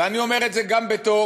ואני אומר את זה גם בתור